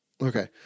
okay